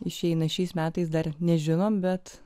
išeina šiais metais dar nežinome bet